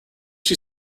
did